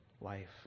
life